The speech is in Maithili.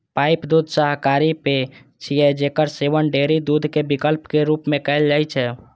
पाइप दूध शाकाहारी पेय छियै, जेकर सेवन डेयरी दूधक विकल्प के रूप मे कैल जाइ छै